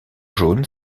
jaune